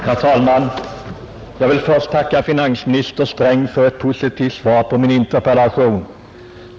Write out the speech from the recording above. Herr talman! Jag vill först tacka finansminister Sträng för ett positivt svar på min interpellation.